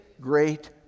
great